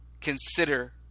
consider